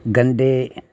गंदे